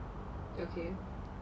okay